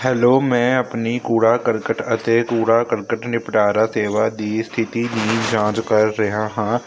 hello ਮੈਂ ਆਪਣੀ ਕੂੜਾ ਕਰਕਟ ਅਤੇ ਕੂੜਾ ਕਰਕਟ ਨਿਪਟਾਰਾ ਸੇਵਾ ਦੀ ਸਥਿਤੀ ਦੀ ਜਾਂਚ ਕਰ ਰਿਹਾ ਹਾਂ